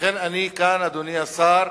לכן, אני כאן, אדוני השר,